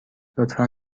لطفا